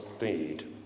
need